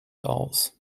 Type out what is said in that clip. aus